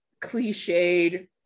cliched